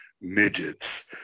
midgets